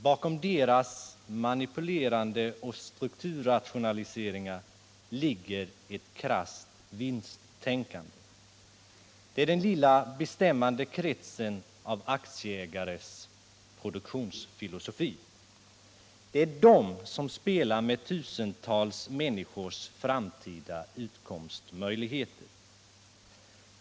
Bakom dess manipulerande och strukturrationaliseringar ligger ett krasst vinsttänkande, produktionsfilosofin hos den lilla bestämmande kretsen av aktieägare. Det är de som spelar med tusentals människors framtida utkomstmöjligheter.